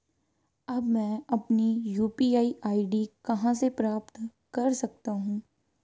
अब मैं अपनी यू.पी.आई आई.डी कहां से प्राप्त कर सकता हूं?